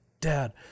dad